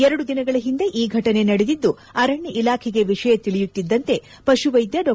ಎರಡು ದಿನಗಳ ಒಂದೆ ಈ ಘಟನೆ ನಡೆದಿದ್ದು ಅರಣ್ಣ ಇಲಾಖೆಗೆ ವಿಷಯ ತಿಳಿಯುತ್ತಿದ್ದಂತೆ ಪಶು ವೈದ್ಯ ಡಾ